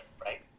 right